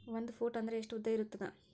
ಒಂದು ಫೂಟ್ ಅಂದ್ರೆ ಎಷ್ಟು ಉದ್ದ ಇರುತ್ತದ?